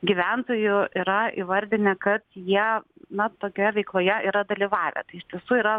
gyventojų yra įvardinę kad jie na tokioje veikloje yra dalyvavę tai iš tiesų yra